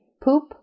poop